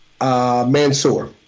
Mansoor